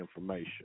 information